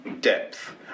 depth